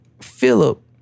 Philip